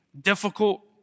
difficult